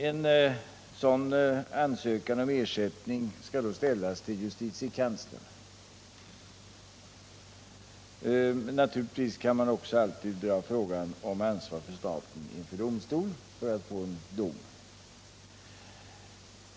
En sådan ansökan om ersättning skall då ställas till justitiekanslern. Givetvis kan man också dra frågan om ansvar för staten inför domstol för att få en dom.